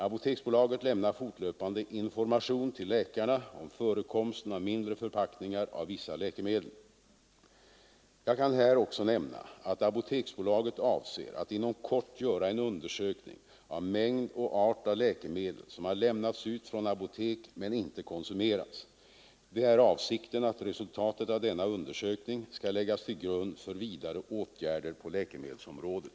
Apoteksbolaget lämnar fortlöpande information till läkarna om förekomsten av mindre förpackningar av vissa läkemedel. Jag kan här också nämna att Apoteksbolaget avser att inom kort göra en undersökning av mängd och art av läkemedel som har lämnats ut från apotek men inte konsumerats. Det är avsikten att resultatet av denna undersökning skall läggas till grund för vidare åtgärder på läkemedelsområdet.